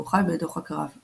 והוא חי בדוחק רב,